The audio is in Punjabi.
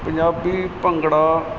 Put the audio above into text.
ਪੰਜਾਬੀ ਭੰਗੜਾ